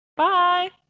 Bye